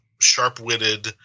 sharp-witted –